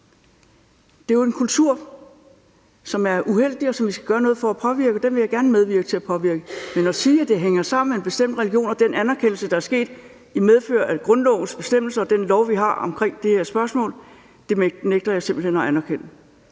Det er jo en kultur, som er uheldig, og som vi skal gøre noget for at påvirke. Det vil jeg gerne medvirke til at påvirke. Men at det hænger sammen med en bestemt religion og den anerkendelse, der er sket i medfør af grundlovens bestemmelser og den lov, vi har om det her spørgsmål, nægter jeg simpelt hen at anerkende.